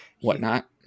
whatnot